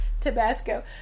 Tabasco